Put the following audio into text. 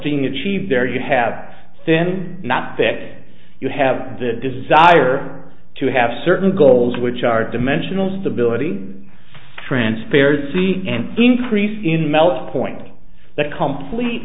being achieved there you have then not that you have the desire to have certain goals which are dimensional stability transparency and increase in melting point the complete